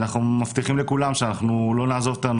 מקווה שדברים מתחילים להסתדר אצלכם, כולנו ציפייה.